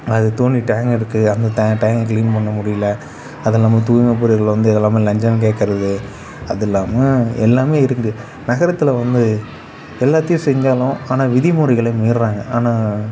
அது தோண்டி டாங் எடுக்க அங்கே டா டாங்க் க்ளீன் பண்ண முடியல அதுவும் இல்லாமல் தூய்மை வந்து எல்லாமே லஞ்சம் கேட்கறது அதில்லாமல் எல்லாமே இருக்குது நகரத்தில் வந்து எல்லாத்தேயும் செஞ்சாலும் ஆனால் விதிமுறைகள மீறுறாங்க ஆனால்